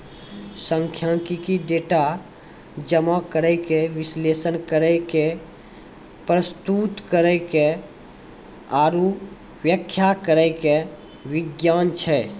सांख्यिकी, डेटा जमा करै के, विश्लेषण करै के, प्रस्तुत करै के आरु व्याख्या करै के विज्ञान छै